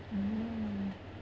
mm